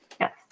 Yes